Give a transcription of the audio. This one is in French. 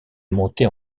monter